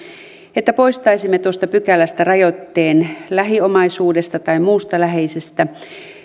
että poistaisimme tuosta pykälästä rajoitteen lähiomaisesta tai muusta läheisestä